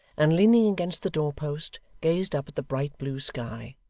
and leaning against the door-post, gazed up at the bright blue sky,